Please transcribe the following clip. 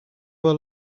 were